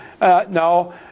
No